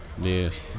Yes